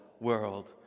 world